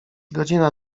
godzina